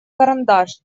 карандаш